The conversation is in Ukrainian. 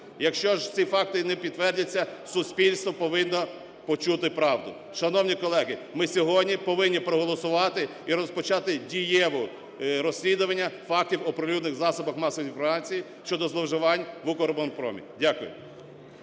Якщо ж ці факти не підтвердяться, суспільство повинно почути правду. Шановні колеги, ми сьогодні повинні проголосувати і розпочати дієве розслідування фактів, оприлюднених в засобах масової інформації, щодо зловживань в "Укроборонпромі". Дякую.